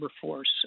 force